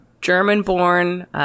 German-born